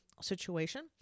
situation